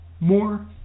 more